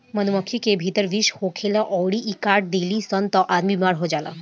मधुमक्खी के भीतर विष होखेला अउरी इ काट देली सन त आदमी बेमार हो जाला